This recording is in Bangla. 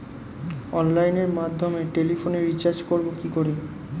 অনলাইনের মাধ্যমে টেলিফোনে রিচার্জ করব কি করে?